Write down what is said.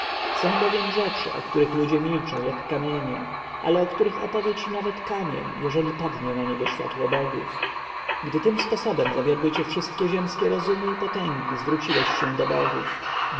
są bowiem rzeczy o których ludzie milczą jak kamienie ale o których opowie ci nawet kamień jeżeli padnie na niego światło bogów gdy tym sposobem zawiodły cię wszystkie ziemskie rozumy i potęgi zwróciłeś się do bogów